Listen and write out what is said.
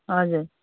हजुर